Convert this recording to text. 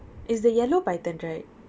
is the yellow python right